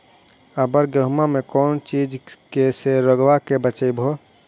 अबर गेहुमा मे कौन चीज के से रोग्बा के बचयभो?